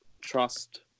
trust